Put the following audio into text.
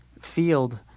field